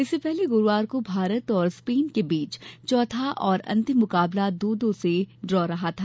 इससे पहले गुरूवार को भारत और स्पेन के बीच चौथा और अंतिम मुकाबला दो दो से ड्रा रहा था